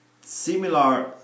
similar